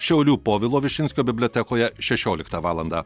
šiaulių povilo višinskio bibliotekoje šešioliktą valandą